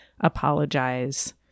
apologize